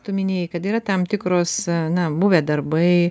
tu minėjai kad yra tam tikros na buvę darbai